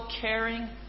caring